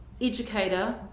educator